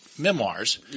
memoirs